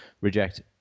reject